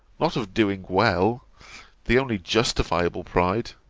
not of doing well the only justifiable pride